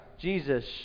Jesus